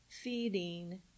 feeding